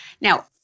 Now